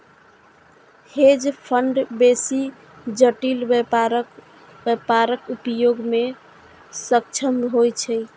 hedge fund बेसी जटिल व्यापारक व्यापक उपयोग मे सक्षम होइ छै